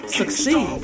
succeed